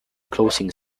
closing